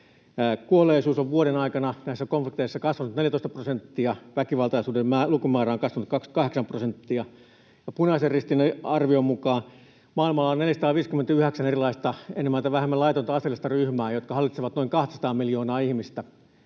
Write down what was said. Kuolleisuus on vuoden aikana näissä konflikteissa kasvanut 14 prosenttia, väkivaltaisuuden lukumäärä on kasvanut 28 prosenttia, ja Punaisen Ristin arvion mukaan maailmalla on 459 erilaista enemmän tai vähemmän laitonta aseellista ryhmää, jotka hallitsevat noin 200:aa miljoonaa ihmistä,